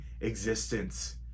existence